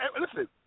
Listen